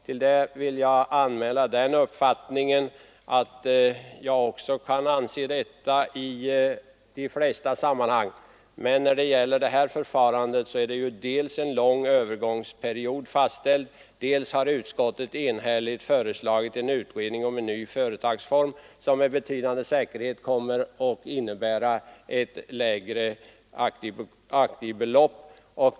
Till det vill jag anmäla att också jag delar den uppfattningen i de flesta sammanhang, men i detta fall har det dels fastställts en lång övergångsperiod, dels har utskottet enhälligt föreslagit en utredning om ny företagsform som med betydande säkerhet kommer att innebära ett lägre aktiebelopp.